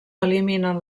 eliminen